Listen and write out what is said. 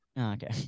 okay